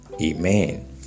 Amen